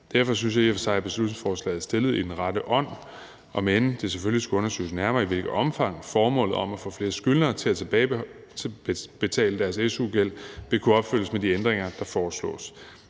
og for sig, at beslutningsforslaget er fremsat i den rette ånd, om end det selvfølgelig skal undersøges nærmere, i hvilket omfang formålet om at få flere skyldnere til at tilbagebetale deres su-gæld vil kunne opfyldes med de ændringer, der foreslås.